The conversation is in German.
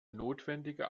notwendige